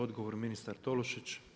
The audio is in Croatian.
Odgovor ministar Tolušić.